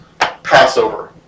Passover